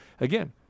again